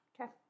Okay